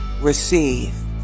receive